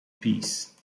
peace